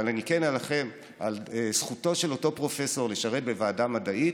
אבל אני כן אילחם על זכותו של אותו פרופסור לשרת בוועדה מדעית